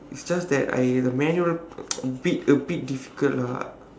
it's just that I manual a bit a bit difficult lah